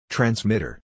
Transmitter